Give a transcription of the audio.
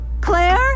Claire